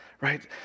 right